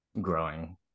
growing